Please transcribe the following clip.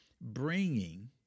bringing